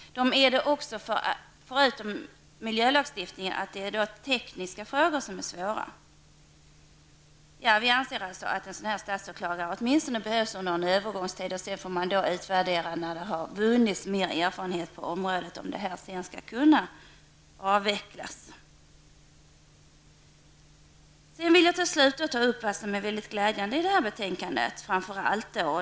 Även de tekniska frågorna är svåra. Vi anser att en statsåklagare behövs under en övergångsperiod. Sedan får man utvärdera, när man vunnit mer erfarenheter på området, om myndigheten skall kunna avvecklas. Till slut vill jag ta upp det som är väldigt glädjande i betänkandet.